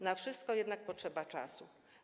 Na wszystko jednak potrzeba czasu.